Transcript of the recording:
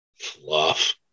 fluff